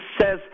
says